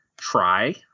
try